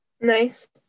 nice